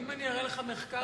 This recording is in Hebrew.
ואם אראה לך מחקר,